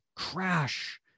crash